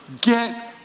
Get